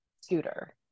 scooter